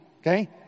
okay